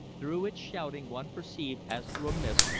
through its shouting one perceived, as through a mist,